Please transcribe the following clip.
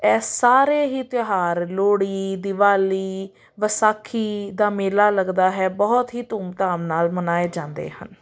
ਇਹ ਸਾਰੇ ਹੀ ਤਿਉਹਾਰ ਲੋਹੜੀ ਦਿਵਾਲੀ ਵਿਸਾਖੀ ਦਾ ਮੇਲਾ ਲੱਗਦਾ ਹੈ ਬਹੁਤ ਹੀ ਧੂਮਧਾਮ ਨਾਲ ਮਨਾਏ ਜਾਂਦੇ ਹਨ